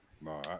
no